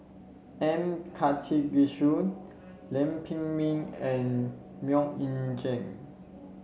M Karthigesu Lam Pin Min and MoK Ying Jang